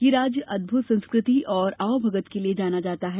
यह राज्य अद्भुत संस्कृति और आवभगत के लिए जाना जाता है